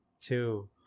Two